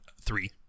three